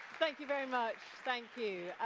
thank you very much, thank you.